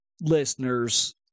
listeners